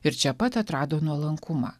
ir čia pat atrado nuolankumą